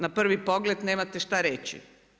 Na prvi pogled nemate što reći.